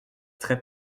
très